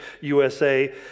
USA